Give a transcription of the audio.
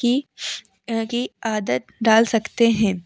की की आदत डाल सकते हैं